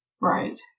Right